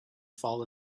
fall